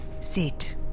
Sit